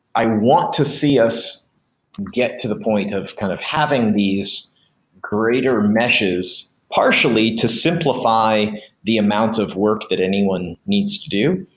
i want to see us get to the point of kind of having these greater meshes partially to simplify the amount of work that anyone needs to do.